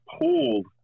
pulled